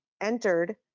entered